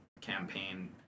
campaign